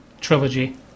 trilogy